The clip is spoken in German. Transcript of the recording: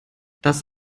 dass